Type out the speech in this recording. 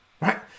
right